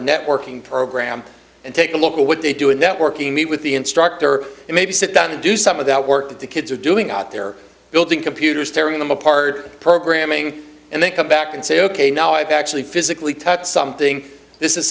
networking program and take a look at what they do in networking meet with the instructor and maybe sit down and do some of that work that the kids are doing out there building computers tearing them apart programming and then come back and say ok now i've actually physically touch something this is